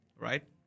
right